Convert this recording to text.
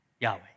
Yahweh